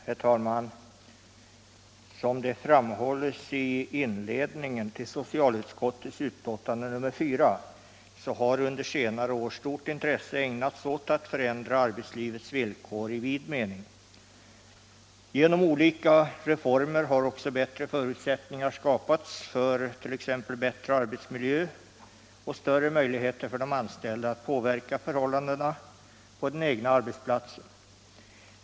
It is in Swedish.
Herr talman! Som framhålls i inledningen till socialutskottets betänkande nr 4 har under senare år stort intresse ägnats åt att förändra arbetslivets villkor i vid mening. Genom olika reformer har också förutsättningar skapats för t.ex. bättre arbetsmiljö, och större möjligheter har beretts de anstälida att påverka förhållandena på den egna arbetsplatsen.